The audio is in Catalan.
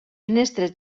finestres